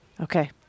Okay